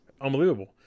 Unbelievable